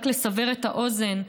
רק לסבר את האוזן,